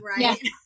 Right